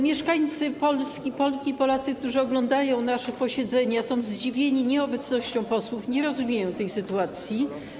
Mieszkańcy Polski, Polki i Polacy, którzy oglądają nasze posiedzenia, są zdziwieni nieobecnością posłów, nie rozumieją tej sytuacji.